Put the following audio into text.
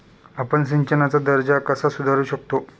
आपण सिंचनाचा दर्जा कसा सुधारू शकतो?